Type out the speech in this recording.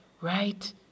right